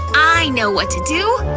i know what to do!